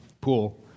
pool